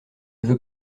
veux